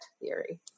theory